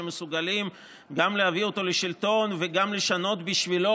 שמסוגלים גם להביא אותו לשלטון וגם לשנות בשבילו